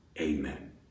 amen